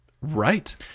Right